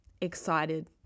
excited